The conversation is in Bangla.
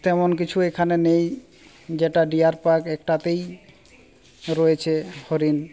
তেমন কিছু এখানে নেই যেটা ডিয়ার পার্ক একটাতেই রয়েছে হরিণ